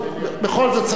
בכל זאת,